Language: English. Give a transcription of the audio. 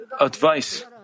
advice